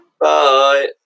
Bye